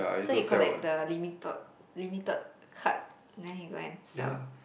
so he collect the limited limited card then he go and sell